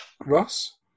Ross